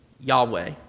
Yahweh